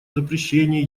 запрещении